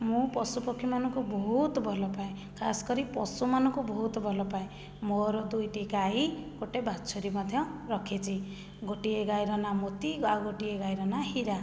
ମୁଁ ପଶୁପକ୍ଷୀ ମାନଙ୍କୁ ବହୁତ ଭଲ ପାଏ ଖାସ୍ କରି ପଶୁମାନଙ୍କୁ ବହୁତ ଭଲ ପାଏ ମୋର ଦୁଇଟି ଗାଈ ଗୋଟେ ବାଛୁରି ମଧ୍ୟ ରଖିଛି ଗୋଟିଏ ଗାଈର ନାଁ ମୋତି ଆଉ ଗୋଟିଏ ଗାଈର ନାଁ ହୀରା